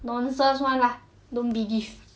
nonsense [one] lah don't believe